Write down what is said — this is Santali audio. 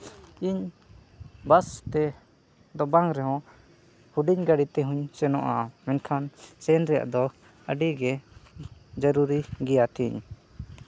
ᱤᱧ ᱵᱟᱥᱛᱮ ᱫᱚ ᱵᱟᱝ ᱨᱮᱦᱚᱸ ᱦᱩᱰᱤᱧ ᱜᱟᱹᱲᱤ ᱛᱮᱦᱚᱸᱧ ᱥᱮᱱᱚᱜᱼᱟ ᱢᱮᱱᱠᱷᱟᱱ ᱥᱮᱱ ᱨᱮᱭᱟᱜ ᱫᱚ ᱟᱹᱰᱤ ᱜᱮ ᱡᱟᱹᱨᱩᱨᱤ ᱜᱮᱭᱟ ᱛᱤᱧ